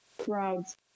crowds